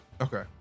Okay